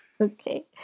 Okay